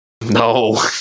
no